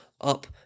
up